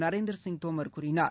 நரேந்திர சிங் தோமர் கூறினார்